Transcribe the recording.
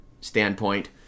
standpoint